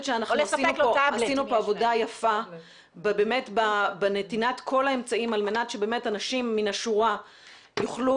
שעשינו פה עבודה יפה בנתינת כל האמצעים על מנת שאנשים מן השורה יוכלו